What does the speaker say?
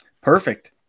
perfect